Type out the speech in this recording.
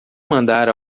mandar